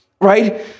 right